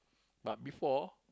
but before